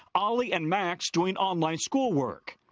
oli and max doing online school work.